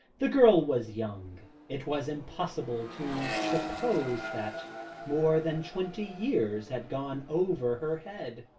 the girl was young it was impossible to suppose that more than twenty years had gone over her head,